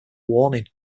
warning